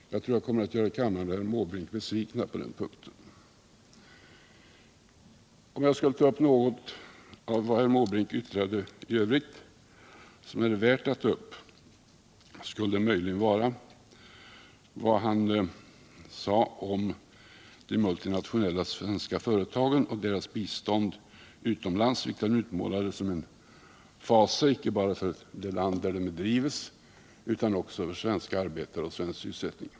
Jag tror att jag kommer att göra kammaren och herr Måbrink besvikna på den punkten. Om jag skulle ta upp något av vad herr Måbrink yttrade i övrigt, som är värt att ta upp, skulle det möjligen vara vad han sade om de multinationella svenska företagen och deras verksamhet utomlands, vilken han utmålade som en fasa icke bara för det land där den bedrivs utan också för svenska arbetare och svensk sysselsättning.